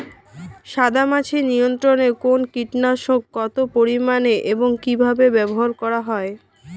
সাদামাছি নিয়ন্ত্রণে কোন কীটনাশক কত পরিমাণে এবং কীভাবে ব্যবহার করা হয়?